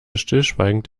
stillschweigend